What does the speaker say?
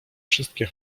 wszystkie